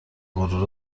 غرور